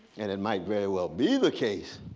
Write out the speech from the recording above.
and it might very well be the case,